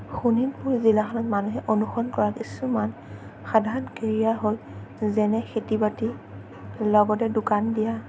শোণিতপুৰ জিলাখনত মানুহে অনুসৰণ কৰা কিছুমান সাধাৰণ কেৰিয়াৰ হ'ল যেনে খেতি বাতি লগতে দোকান দিয়া